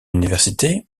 université